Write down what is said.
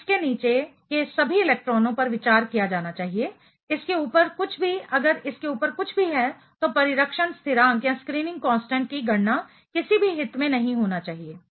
तो इसके नीचे के सभी इलेक्ट्रॉनों पर विचार किया जाना चाहिए इसके ऊपर कुछ भी अगर इसके ऊपर कुछ भी है तो परिरक्षण स्थिरांक स्क्रीनिंग कांस्टेंट की गणना किसी भी हित में नहीं होना चाहिए